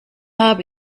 habe